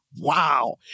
Wow